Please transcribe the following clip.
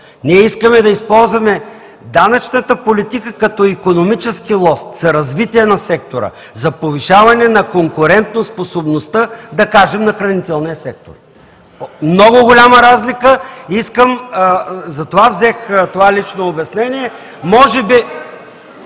Ние искаме да използваме данъчната политика като икономически лост за развитие на сектора, за повишаване на конкурентоспособността, да кажем на хранителния сектор. Много голяма разлика. (Шум и реплики.)